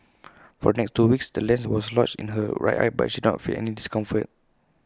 for the next two weeks the lens was lodged in her right eye but she did not feel any discomfort